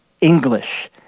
English